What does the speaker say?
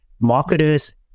marketers